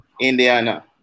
Indiana